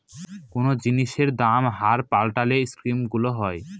কোনো জিনিসের দামের হার পাল্টালে রিস্ক গুলো হয়